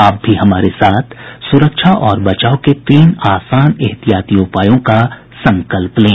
आप भी हमारे साथ सुरक्षा और बचाव के तीन आसान एहतियाती उपायों का संकल्प लें